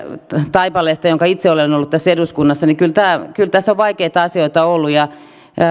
taipaleesta jonka itse olen olen ollut tässä eduskunnassa että kyllä tässä on vaikeita asioita ollut ja